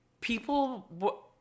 People